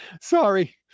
sorry